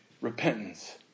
repentance